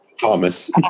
Thomas